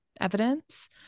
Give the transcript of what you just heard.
evidence